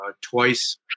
twice